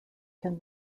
can